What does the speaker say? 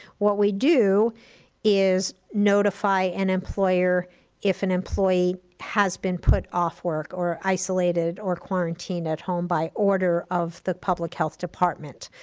what we do is notify an employer if an employee has been put off work or isolated or quarantined at home by order of the public health department.